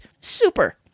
super